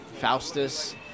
Faustus